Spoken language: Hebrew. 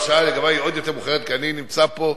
השעה לגבי היא עוד יותר מאוחרת כי אני נמצא פה,